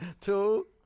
two